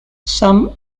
some